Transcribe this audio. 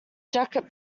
jacket